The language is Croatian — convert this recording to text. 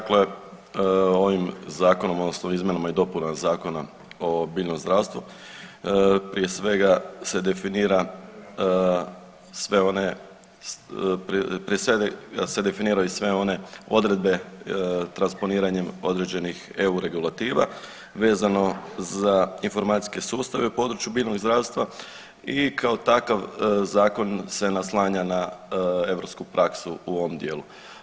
Dakle, ovim zakonom odnosno izmjenama i dopuna Zakona o biljnom zdravstvu prije svega se definira sve one, prije svega se definiraju sve one odredbe transponiranjem određenih EU regulativa vezano za informacijske sustave u području biljnog zdravstva i kao takav zakon se naslanja na europsku praksu u ovom dijelu.